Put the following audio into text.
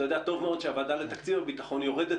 אתה יודע היטב שהוועדה לתקציב הביטחון יורדת